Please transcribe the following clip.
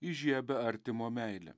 įžiebia artimo meilę